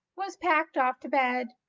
was packed off to bed.